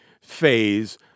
phase